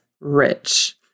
rich